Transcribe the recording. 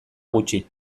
gutxi